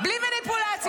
מה אתם עושים.